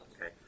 Okay